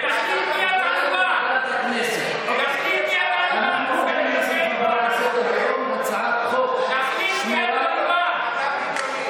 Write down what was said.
עוברת להמשך חקיקה בוועדת החוקה, חוק ומשפט.